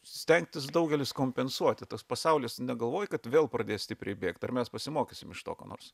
stengtis daugelis kompensuoti tas pasaulis negalvoji kad vėl pradės stipriai bėgt ar mes pasimokysim iš to ko nors